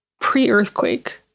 pre-earthquake